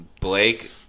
Blake